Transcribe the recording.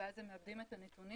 ואז הם מעבדים את הנתונים,